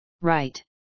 right